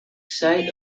site